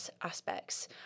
aspects